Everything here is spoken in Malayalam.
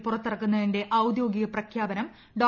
കിറ് പുറത്തിറക്കുന്നതിന്റെ പ ഔദ്യോഗിക പ്രഖ്യാപനം ഡോ